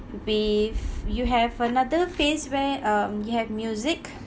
with you have another phase where um you have music